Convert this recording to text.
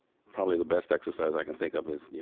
probably the best exercise i can think of is, you